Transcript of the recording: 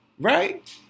Right